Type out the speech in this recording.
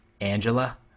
Angela